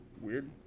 Weird